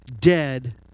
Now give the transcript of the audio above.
dead